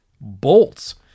bolts